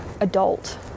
adult